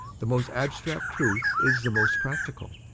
the most abstract truth is the most practical.